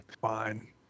fine